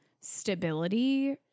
stability